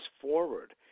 forward